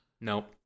Nope